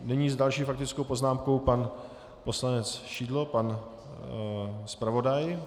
Nyní s další faktickou poznámkou pan poslanec Šidlo, pan zpravodaj.